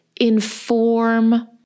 inform